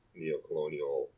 neocolonial